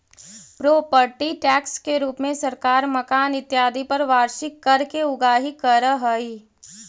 property tax के रूप में सरकार मकान इत्यादि पर वार्षिक कर के उगाही करऽ हई